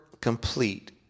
complete